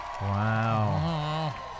Wow